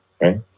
right